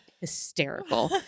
Hysterical